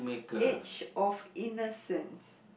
age of innocence